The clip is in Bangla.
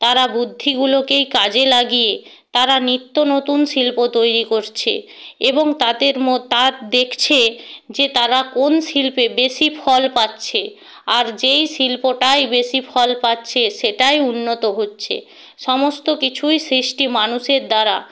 তারা বুদ্ধিগুলোকেই কাজে লাগিয়ে তারা নিত্য নতুন শিল্প তৈরি করছে এবং তাতের মত তার দেখছে যে তারা কোন শিল্পে বেশি ফল পাচ্ছে আর যেই শিল্পটাই বেশি ফল পাচ্ছে সেটাই উন্নত হচ্ছে সমস্ত কিছুই সৃষ্টি মানুষের দ্বারা